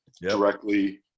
directly